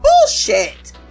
Bullshit